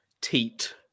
teat